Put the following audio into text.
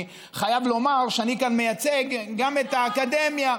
אני חייב לומר שאני כאן מייצג גם את האקדמיה.